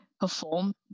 perform